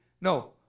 No